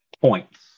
points